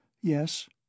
Yes